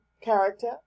character